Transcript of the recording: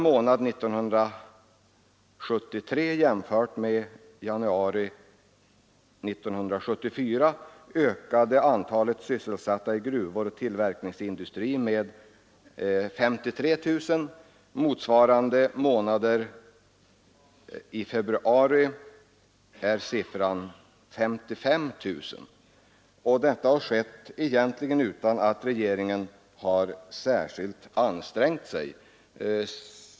I förhållande till januari månad 1973 ökade antalet sysselsatta i gruvor och tillverkningsindustrin i januari 1974 med 53 000. Motsvarande ökning för februari var 55 000. Detta har också skett utan att regeringen egentligen särskilt har ansträngt sig.